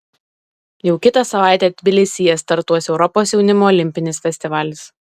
jau kitą savaitę tbilisyje startuos europos jaunimo olimpinis festivalis